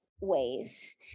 ways